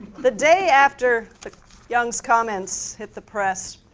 the day after young's comments hit the press,